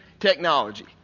technology